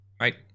right